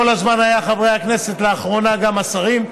כל הזמן זה היה לחברי הכנסת, ולאחרונה, גם לשרים.